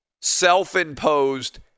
self-imposed